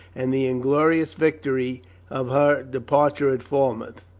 and the inglorious victory of her departure at falmouth.